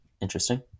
Interesting